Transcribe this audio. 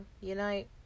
Unite